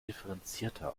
differenzierter